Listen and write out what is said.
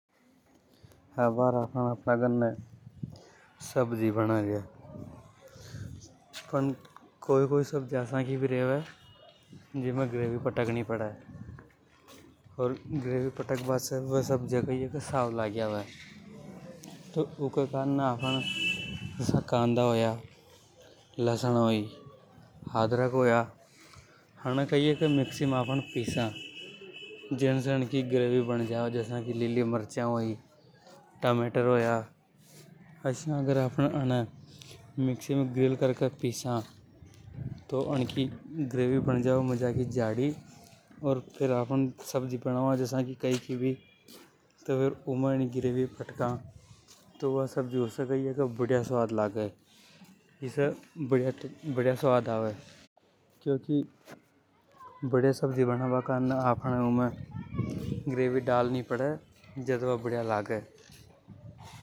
अंबार आपन अफने गन्ने सब्ज़ी बना रिया पन कई कोई सब्जियां आसा की भी रेवे जीमे ग्रेवी पटकनी पड़े। अर ग्रेवी पटक बा से वे सब्जियां कई हे के साव लगयावे। तो ऊके करने आपन कांदा होया लहसन होई अदरक होया आने कई हे के मिक्सी में पीस कर ग्रेवी बनावा। जसा की लिली मार्चा होई टमेटर होया आसा अगर अने मिक्सीमें ग्रील करे के पिसा तो अंकी ग्रेवी बन जावे मजाकी और आपन सब्जी बनावा जसा की कई की भी तो फेर बढ़िया स्वाद आवे क्योंकि बढ़िया सब्जी बनावा करने उमें ग्रेवी डालनी पड़े।